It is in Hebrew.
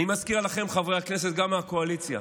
אני מזכיר לכם, חברי הכנסת, גם מהקואליציה: